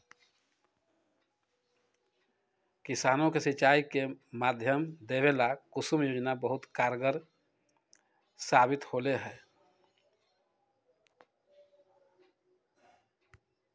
किसानों के सिंचाई के माध्यम देवे ला कुसुम योजना बहुत कारगार साबित होले है